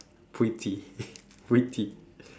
pretty pretty